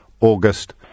August